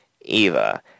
Eva